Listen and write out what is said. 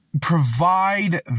provide